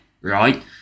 right